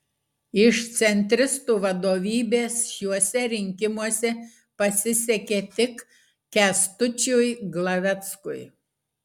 iš centristų vadovybės šiuose rinkimuose pasisekė tik kęstučiui glaveckui